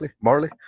morally